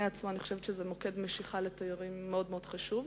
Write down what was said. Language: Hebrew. עצמה היא מוקד משיכה מאוד חשוב לתיירים,